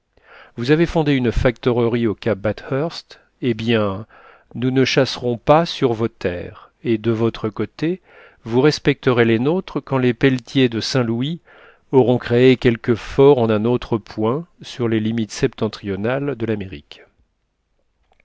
vous avez fondé une factorerie au cap bathurst eh bien nous ne chasserons pas sur vos terres et de votre côté vous respecterez les nôtres quand les pelletiers de saint-louis auront créé quelque fort en un autre point sur les limites septentrionales de l'amérique